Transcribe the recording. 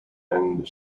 and